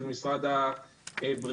של משרד הבריאות,